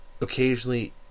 occasionally